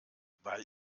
weil